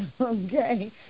Okay